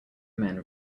men